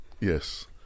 Yes